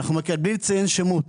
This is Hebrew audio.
בלי לציין שמות,